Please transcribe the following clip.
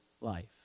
life